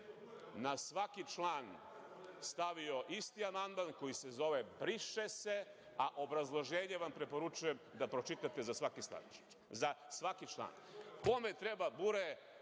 na svaki član stavio isti amandman koji se zove – briše se, a obrazloženje vam preporučujem da pročitate za svaki član. Kome treba bure,